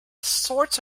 sorts